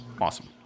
Awesome